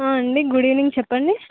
అండి good evening చెప్పండి